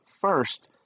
First